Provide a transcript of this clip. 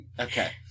okay